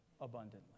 abundantly